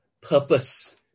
purpose